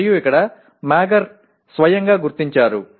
మరియు ఇక్కడ మాగర్ స్వయంగా గుర్తించారు